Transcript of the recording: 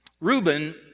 Reuben